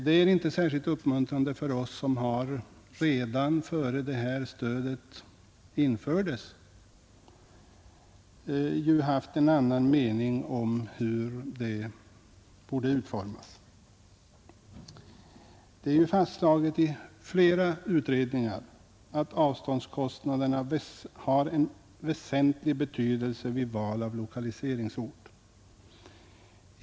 Detta är inte särskilt uppmuntrande för oss, som redan före stödets införande hade en annan mening om hur det borde utformas. Det är av flera utredningar fastslaget att avståndskostnaderna har väsentlig betydelse vid val av lokaliseringsort.